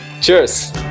Cheers